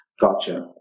Gotcha